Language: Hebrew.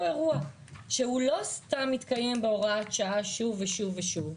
אירוע שהוא לא סתם מתקיים בהוראת שעה שוב ושוב ושוב,